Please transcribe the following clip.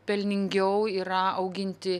pelningiau yra auginti